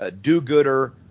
do-gooder